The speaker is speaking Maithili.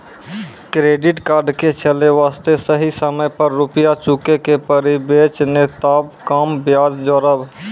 क्रेडिट कार्ड के चले वास्ते सही समय पर रुपिया चुके के पड़ी बेंच ने ताब कम ब्याज जोरब?